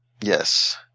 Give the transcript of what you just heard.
Yes